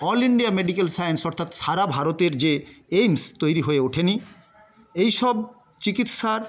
all India medical science অর্থাৎ সারা ভারতের যে এইমস তৈরি হয়ে ওঠে নি এইসব চিকিৎসার